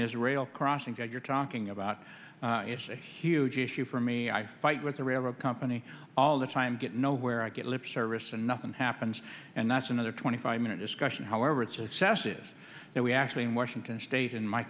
is rail crossing that you're talking about it's a huge issue for me i fight with the railroad company all the time get no where i get lip service and nothing happens and that's another twenty five minute discussion however it's a sas is that we actually in washington state in my